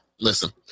listen